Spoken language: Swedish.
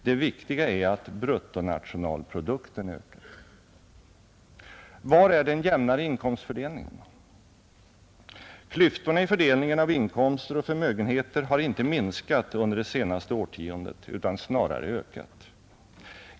Det viktiga är att bruttonationalprodukten ökar. Var är den jämnare inkomstfördelningen? Klyftorna i fördelningen av inkomster och förmögenheter har inte minskat under det senaste årtiondet utan snarare ökat.